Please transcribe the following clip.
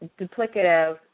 duplicative